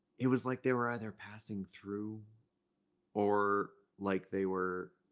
it was like they were either passing through or like they were